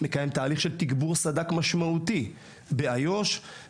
מקיים תהליך של תגבור סדר כוחות משמעותי באזור יהודה ושומרון.